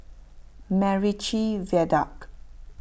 MacRitchie Viaduct